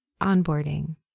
Onboarding